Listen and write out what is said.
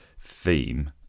theme